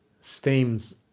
Steam's